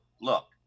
look